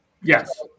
Yes